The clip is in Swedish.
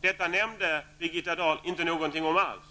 Detta nämnde Birgitta Dahl inte alls.